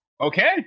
Okay